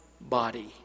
body